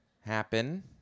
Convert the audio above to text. happen